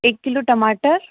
एक किलो टमाटर